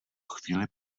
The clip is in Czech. chvíli